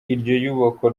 iyubakwa